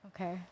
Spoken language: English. Okay